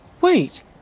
Wait